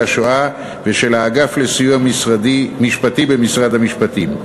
השואה ושל האגף לסיוע משפטי במשרד המשפטים.